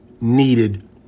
needed